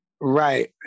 right